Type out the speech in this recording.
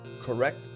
Correct